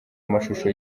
amashusho